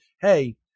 hey